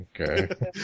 Okay